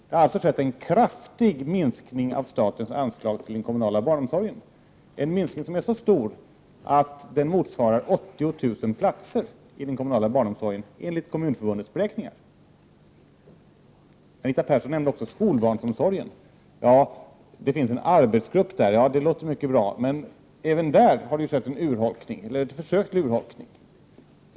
Det har alltså skett en kraftig minskning av statens anslag till den kommunala barnomsorgen, en minskning som är så stor att den motsvarar 80 000 platser inom den kommunala barnomsorgen, enligt Kommunförbundets beräkningar. Anita Persson nämnde också skolbarnsomsorgen och sade att det finns en arbetsgrupp där. Ja, det låter ju bra, men även där har det skett försök till urholkning.